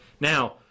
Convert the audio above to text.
now